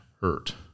hurt